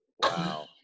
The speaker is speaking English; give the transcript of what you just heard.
Wow